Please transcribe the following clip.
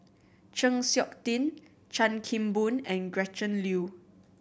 Chng Seok Tin Chan Kim Boon and Gretchen Liu